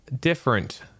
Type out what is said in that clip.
different